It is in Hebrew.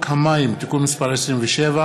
להסדר ההימורים בספורט (תיקון מס׳ 9),